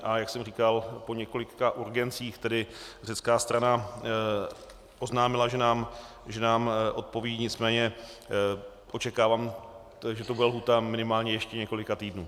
A jak jsem říkal, po několika urgencích tedy řecká strana oznámila, že nám odpoví, nicméně očekávám, že to bude lhůta minimálně ještě několika týdnů.